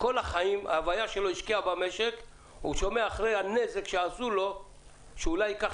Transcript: הוא שומע אחרי הנזק שעשו לו שאולי ייקח